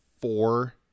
four